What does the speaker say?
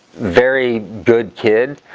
very good kid